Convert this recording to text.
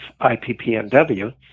IPPNW